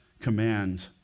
command